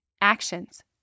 Actions